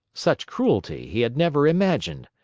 such cruelty, he had never imagined.